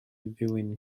ddilyn